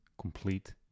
complete